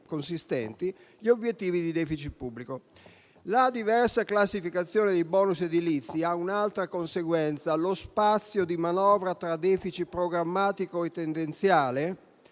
indebolendo gli obiettivi di *deficit* pubblico. La diversa classificazione dei *bonus* edilizi ha un'altra conseguenza. Lo spazio di manovra tra *deficit* programmatico e tendenziale,